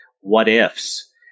what-ifs